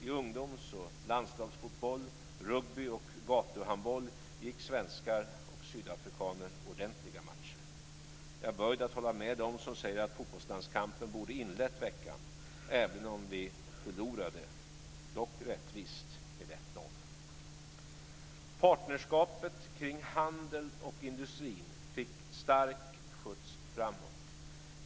I ungdoms och landslagsfotboll samt rugby och gatuhandboll gick svenskar och sydafrikaner ordentliga matcher. Jag är böjd att hålla med dem som säger att fotbollslandskampen borde ha inlett veckan, även om vi förlorade, dock rättvist, med 1-0. Partnerskapet kring handeln och industrin fick stark skjuts framåt.